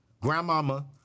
grandmama